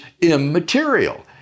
immaterial